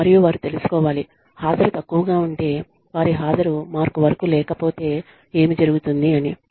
మరియు వారు తెలుసుకోవాలి హాజరు తక్కువగా ఉంటే వారి హాజరు మార్క్ వరకు లేకపోతే ఏమి జరుగుతుంది అని